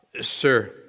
Sir